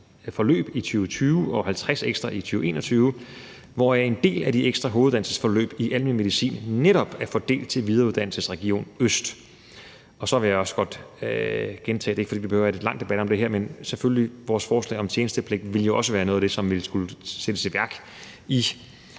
forløb i 2020 og 50 ekstra i 2021, hvoraf en del af de ekstra hoveduddannelsesforløb i almen medicin netop er fordelt til Videreuddannelsesregion Øst. Og så vil jeg også godt gentage, og det er ikke, fordi vi behøver at have en lang debat om det her, at vores forslag om tjenestepligt selvfølgelig også ville være noget af det, som ville skulle sættes i værk i